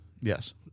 yes